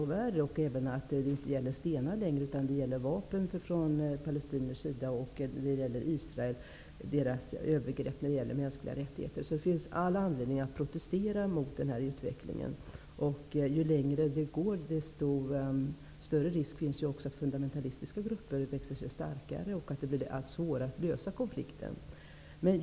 Vi får också höra att det inte längre är fråga om att använda stenar utan vapen från palestiniernas sida och att Israels övergrepp när det gäller de mänskliga rättigheterna blir allt värre. Det finns därför all anledning att protestera mot den här utvecklingen. Ju längre det går, desto större blir risken att fundamentalistiska grupper växer sig starkare och att det blir allt svårare att lösa konflikten.